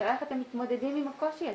השאלה איך אתם מתמודדים עם הקושי הזה?